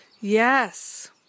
yes